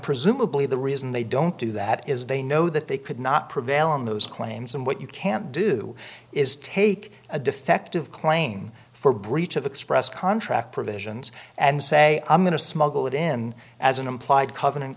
presumably the reason they don't do that is they know that they could not prevail on those claims and what you can't do is take a defective claim for breach of express contract provisions and say i'm going to smuggle it in as an implied covenant